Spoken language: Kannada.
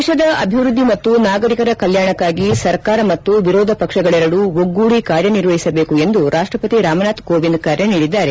ದೇಶದ ಅಭಿವೃದ್ದಿ ಮತ್ತು ನಾಗರಿಕರ ಕಲ್ಯಾಣಕ್ಕಾಗಿ ಸರ್ಕಾರ ಮತ್ತು ವಿರೋಧ ಪಕ್ಷಗಳೆರದೂ ಒಗ್ಗೂದಿ ಕಾರ್ಯನಿರ್ವಹಿಸಬೇಕು ಎಂದು ರಾಷ್ಟಪತಿ ರಾಮನಾಥ್ ಕೋವಿಂದ್ ಕರೆ ನೀಡಿದ್ದಾರೆ